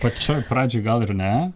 pačioj pradžioj gal ir ne